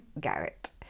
Garrett